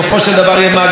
אם הוא לא יהיה 200 איש,